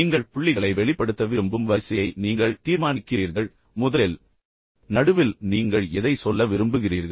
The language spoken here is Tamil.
நீங்கள் புள்ளிகளை வெளிப்படுத்த விரும்பும் வரிசையை நீங்கள் தீர்மானிக்கிறீர்கள் நீங்கள் முதலில் எதைச் சொல்ல விரும்புகிறீர்கள் நடுவில் நீங்கள் எதை சொல்ல விரும்புகிறீர்கள்